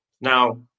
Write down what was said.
Now